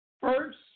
First